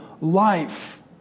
life